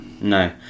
No